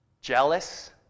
Jealous